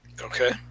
Okay